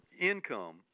income